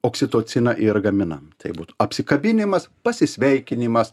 oksitociną ir gaminam tai būtų apsikabinimas pasisveikinimas